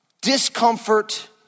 discomfort